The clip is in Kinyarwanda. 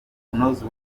uburyo